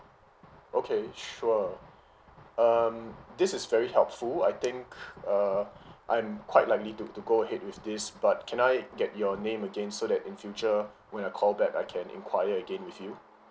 okay sure um this is very helpful I think uh I'm quite likely to to go ahead with this but can I get your name again so that in future when I call back I can inquire again with you